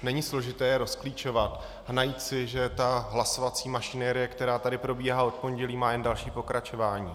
Není složité je rozklíčovat a najít si, že ta hlasovací mašinérie, která tady probíhá od pondělí, má jen další pokračování.